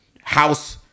house